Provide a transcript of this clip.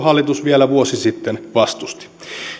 hallitus vielä vuosi sitten vastusti